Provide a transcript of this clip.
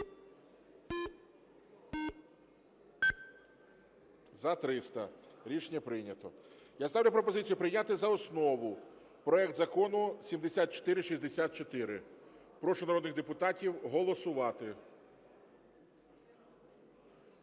За-300 Рішення прийнято. Я ставлю пропозицію прийняти за основу проект Закону 7464. Прошу народних депутатів голосувати.